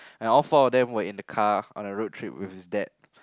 and all four of them were in the car on a road trip with his dad